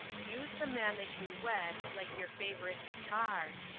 use the man that you wed like your fav'rite guitar,